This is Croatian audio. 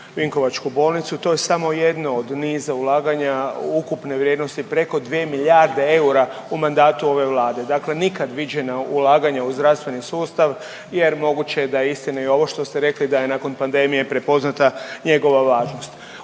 vinkovačku bolnicu. To je samo jedno od niza ulaganja ukupne vrijednosti preko 2 milijarde eura u mandatu ove Vlade. Dakle, nikad viđena ulaganja u zdravstveni sustav jer moguće je da je istina i ovo što ste rekli da je nakon pandemije prepoznata njegova važnost.